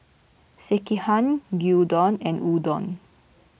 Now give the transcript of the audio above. Sekihan Gyudon and Udon